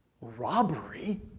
robbery